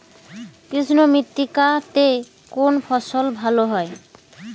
কৃষ্ণ মৃত্তিকা তে কোন ফসল ভালো হয়?